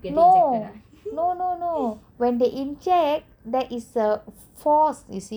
no no no no when they inject there is a force you see